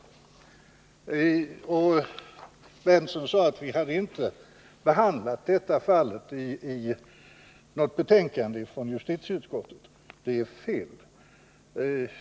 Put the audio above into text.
Nils Berndtson sade att vi inte hade behandlat det fallet i något betänkande från justitieutskottet. Det är fel.